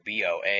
BOA